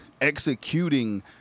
executing